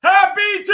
Happy